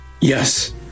Yes